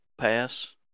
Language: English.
pass